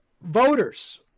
Voters